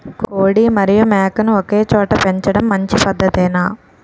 కోడి మరియు మేక ను ఒకేచోట పెంచడం మంచి పద్ధతేనా?